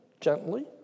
gently